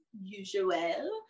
usual